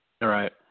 right